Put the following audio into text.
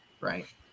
right